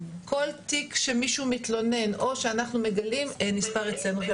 כל תיק שמישהו מתלונן או שאנחנו מגלים נספר אצלנו.